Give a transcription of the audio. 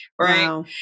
right